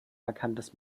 markantes